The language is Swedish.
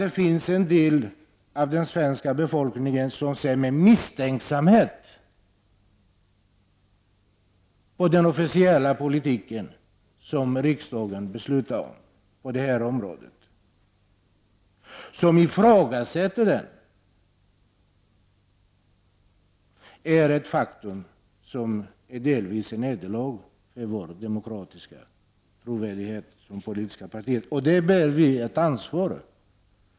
En del av den svenska befolkningen ser med misstänksamhet på och ifrågasätter den officiella politik som riksdagen beslutat om när det gäller detta område. Detta är delvis ett nederlag för vår demokratiska trovärdighet som politiska partier, och det bär vi ansvaret för.